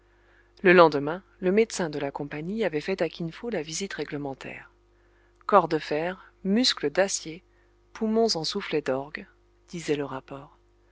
le lendemain le médecin de la compagnie avait fait à kin fo la visite réglementaire corps de fer muscles d'acier poumons en soufflets d'orgues disait le rapport